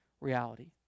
reality